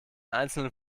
einzelnen